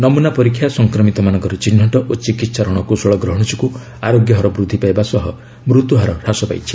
ନମୁନା ପରୀକ୍ଷା ସଂକ୍ରମିତମାନଙ୍କର ଚିହ୍ନଟ ଓ ଚିକିତ୍ସା ରଣକୌଶଳ ଗ୍ରହଣ ଯୋଗୁଁ ଆରୋଗ୍ୟ ହାର ବୃଦ୍ଧି ପାଇବା ସହ ମୃତ୍ୟୁହାର ହ୍ରାସ ପାଇଛି